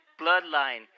bloodline